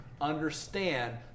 understand